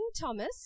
Thomas